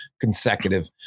consecutive